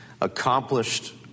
accomplished